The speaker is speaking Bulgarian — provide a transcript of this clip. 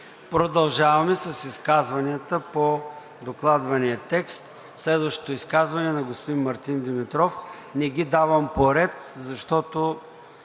Продължаваме с изказванията по докладвания текст. Следващото изказване е на господин Мартин Димитров. Не ги давам по ред, защото